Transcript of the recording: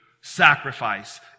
sacrifice